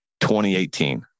2018